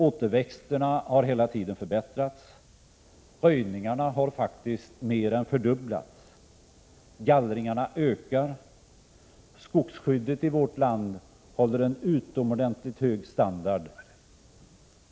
Återväxten har hela tiden förbättrats. Röjningarna har faktiskt mer än fördubblats. Gallringarna ökar. Skogsskyddet i vårt land håller en utomordentligt hög standard.